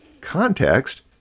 context